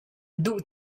duh